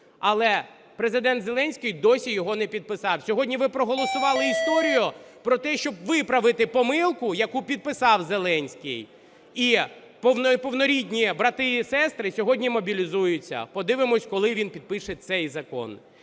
Але Президент Зеленський досі його не підписав. Сьогодні ви проголосували історію про те, щоб виправити помилку, яку підписав Зеленський, і повнорідні брати і сестри сьогодні мобілізуються. Подивимося, коли він підпише цей закон.